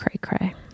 cray-cray